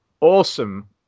awesome